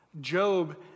Job